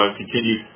continue